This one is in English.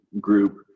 group